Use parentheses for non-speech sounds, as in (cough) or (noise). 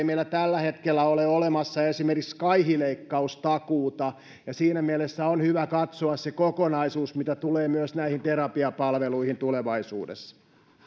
(unintelligible) meillä tällä hetkellä ole olemassa esimerkiksi kaihileikkaustakuuta ja siinä mielessä on hyvä katsoa se kokonaisuus mitä tulee myös näihin terapiapalveluihin tulevaisuudessa